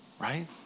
right